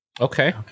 okay